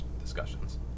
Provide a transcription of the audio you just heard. discussions